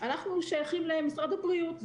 אנחנו שייכים למשרד הבריאות.